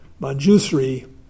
Manjusri